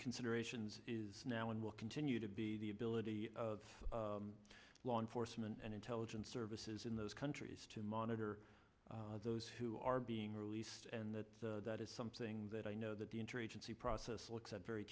considerations now and will continue to be the ability of law enforcement and intelligence services in those countries to monitor those who are being released and that that is something that i know that the interagency process looks at very